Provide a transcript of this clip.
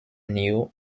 new